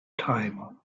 time